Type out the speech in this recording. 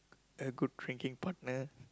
a good drinking partner